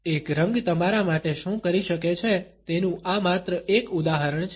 એક રંગ તમારા માટે શું કરી શકે છે તેનું આ માત્ર એક ઉદાહરણ છે